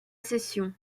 session